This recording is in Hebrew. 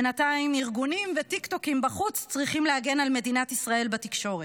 בינתיים ארגונים וטיקטוקים בחוץ צריכים להגן על מדינת ישראל בתקשורת.